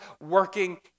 working